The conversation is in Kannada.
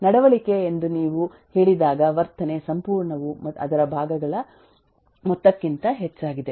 ನಡವಳಿಕೆ ಎಂದು ನೀವು ಹೇಳಿದಾಗ ವರ್ತನೆ ಸಂಪೂರ್ಣವು ಅದರ ಭಾಗಗಳ ಮೊತ್ತಕ್ಕಿಂತ ಹೆಚ್ಚಾಗಿದೆ